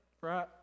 right